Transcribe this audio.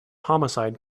homicide